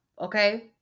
okay